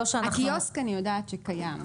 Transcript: הקיוסק אני יודעת שקיים.